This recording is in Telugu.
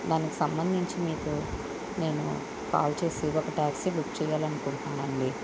దానికి సంబంధించి మీకు నేను కాల్ చేసి ఒక ట్యాక్సీ బుక్ చేయాలి అనుకుంటున్నానండి